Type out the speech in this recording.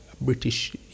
British